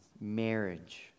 Marriage